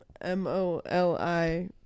m-o-l-i